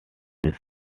miss